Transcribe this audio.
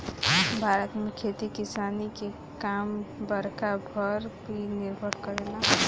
भारत में खेती किसानी के काम बरखा पर ही निर्भर करेला